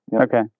Okay